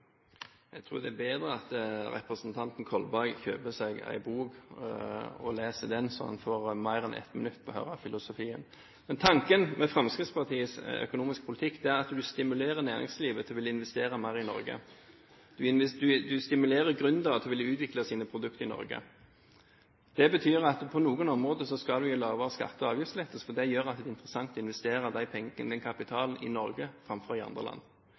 Jeg tror det er bedre at representanten Kolberg kjøper seg en bok og leser den, så han får mer enn ett minutt til å høre filosofien. Tanken bak Fremskrittspartiets økonomiske politikk er at man stimulerer næringslivet til å ville investere mer i Norge. Man stimulerer gründere til å ville utvikle sine produkter i Norge. Det betyr at på noen områder skal man gi skatte- og avgiftslettelser, for det gjør det interessant å investere den kapitalen i Norge framfor i andre land.